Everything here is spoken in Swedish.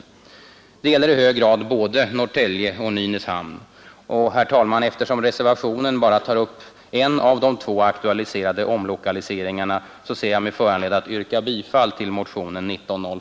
Detta gäller i hög grad både Norrtälje och Nynäshamn. Herr talman! Eftersom reservationen endast tar upp en av de två aktualiserade omlokaliseringarna, ser jag mig föranledd att yrka bifall till